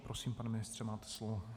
Prosím, pane ministře, máte slovo.